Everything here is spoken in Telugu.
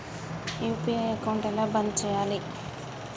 యూ.పీ.ఐ అకౌంట్ ఎలా బంద్ చేయాలి?